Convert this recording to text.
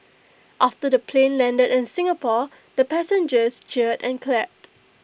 after the plane landed in Singapore the passengers cheered and clapped